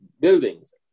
buildings